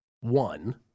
one